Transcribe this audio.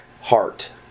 heart